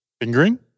Fingering